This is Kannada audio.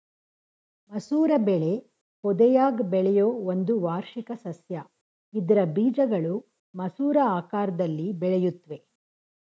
ಮಸೂರ ಬೆಳೆ ಪೊದೆಯಾಗ್ ಬೆಳೆಯೋ ಒಂದು ವಾರ್ಷಿಕ ಸಸ್ಯ ಇದ್ರ ಬೀಜಗಳು ಮಸೂರ ಆಕಾರ್ದಲ್ಲಿ ಬೆಳೆಯುತ್ವೆ